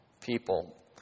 people